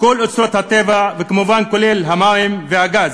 כל אוצרות הטבע, וכמובן המים והגז.